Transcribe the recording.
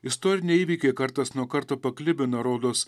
istoriniai įvykiai kartas nuo karto paklibina rodos